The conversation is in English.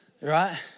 right